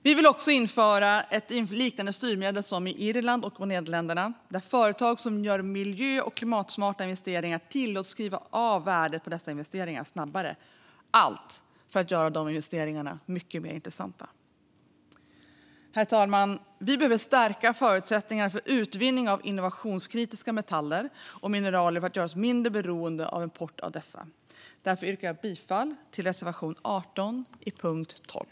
Vi vill även införa ett styrmedel liknande det som finns på Irland och i Nederländerna, där företag som gör miljö och klimatsmarta investeringar tillåts att skriva av värdet på dessa investeringar snabbare för att de investeringarna ska göras mycket mer intressanta. Herr talman! Vi behöver stärka förutsättningarna för utvinning av innovationskritiska metaller och mineral för att göra oss mindre beroende av import av dessa. Därför yrkar jag bifall till reservation 18 under punkt 12.